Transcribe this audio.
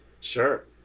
sure